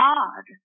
God